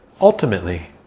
Ultimately